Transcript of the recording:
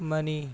money